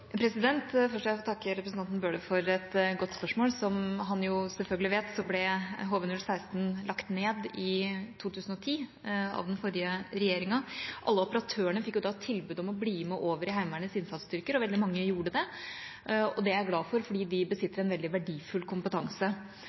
Først vil jeg få takke representanten Bøhler for et godt spørsmål. Som han jo selvfølgelig vet, ble HV-016 lagt ned i 2010 av den forrige regjeringa. Alle operatørene fikk da tilbud om å bli med over i Heimevernets innsatsstyrker, og veldig mange gjorde det. Det er jeg glad for, fordi de besitter en veldig verdifull kompetanse.